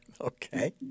Okay